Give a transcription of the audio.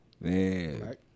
man